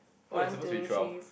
oh there supposed to be twelve